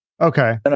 Okay